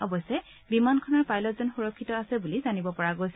অৱশ্যে বিমানখনৰ পাইলটজন সুৰক্ষিত আছে বুলি জানিব পৰা গৈছে